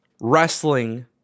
wrestling